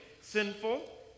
sinful